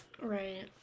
Right